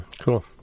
Cool